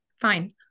fine